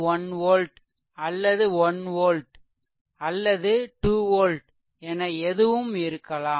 1 volt அல்லது 1 volt அல்லது 2 volt என எதுவும் இருக்கலாம்